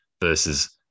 versus